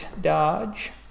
dodge